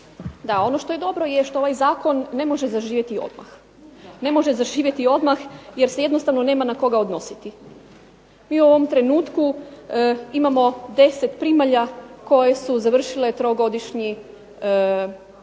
Da, ono što je dobro je što ovaj zakon ne može zaživjeti odmah. Ne može zaživjeti odmah jer se jednostavno nema na koga odnositi. Mi u ovom trenutku imamo 10 primalja koje su završile trogodišnji stručni